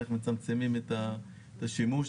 איך מצמצמים את השימוש